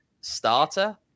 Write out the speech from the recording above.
starter